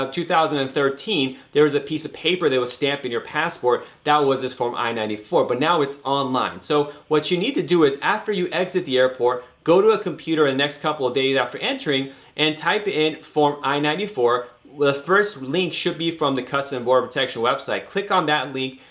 two thousand and thirteen, there was a piece of paper they will stamp in your passport. that was this form i ninety four, but now it's online. so what you need to do is after you exit the airport, go to a computer and the next couple of days after entering and type in form i ninety four, with the first link should be from the custom of border protection website. click on that link,